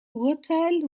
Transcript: urteil